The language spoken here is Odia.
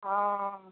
ହଁ ହଁ